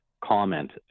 comment